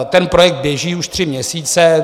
Ten projekt běží už tři měsíce.